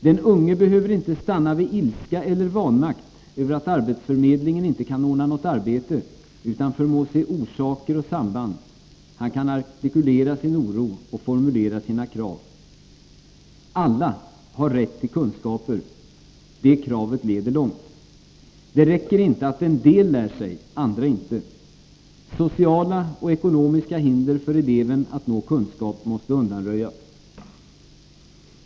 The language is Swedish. Den unge behöver inte stanna vid ilska eller vanmakt över att arbetsförmedlingen inte kan ordna något arbete utan förmår se orsaker och samband. Han kan artikulera sin oro och formulera sina krav. Alla har rätt till kunskaper. Detta krav leder långt. Det räcker inte att en del lär sig, andra inte. Sociala eller ekonomiska hinder för eleven att nå kunskap måste undanröjas.